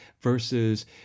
versus